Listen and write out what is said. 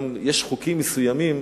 יש חוקים מסוימים